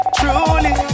truly